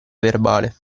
verbale